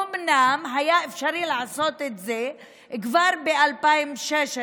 אומנם היה אפשרי לעשות את זה כבר ב-2016,